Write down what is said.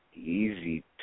easy